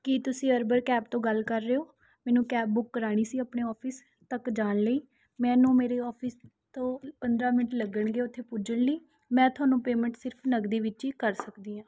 ਕੀ ਤੁਸੀਂ ਅਰਵਰ ਕੈਬ ਤੋਂ ਗੱਲ ਕਰ ਰਹੇ ਹੋ ਮੈਨੂੁੰ ਕੈਬ ਬੁੱਕ ਕਰਾਉਣੀ ਸੀ ਆਪਣੇ ਆਫਿਸ ਤੱਕ ਜਾਣ ਲਈ ਮੈਨੂੰ ਮੇਰੇ ਆਫਿਸ ਤੋਂ ਪੰਦਰਾਂ ਮਿੰਟ ਲੱਗਣਗੇ ਉੱਥੇ ਪੁੱਜਣ ਲਈ ਮੈਂ ਤੁਹਾਨੂੰ ਪੇਮੈਂਟ ਸਿਰਫ ਨਕਦੀ ਵਿੱਚ ਹੀ ਕਰ ਸਕਦੀ ਹਾਂ